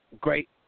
great